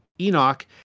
Enoch